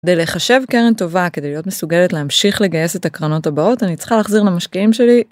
כדי לחשב קרן טובה כדי להיות מסוגלת להמשיך לגייס את הקרנות הבאות אני צריכה להחזיר למשקיעים שלי.